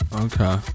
Okay